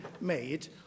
made